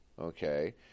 okay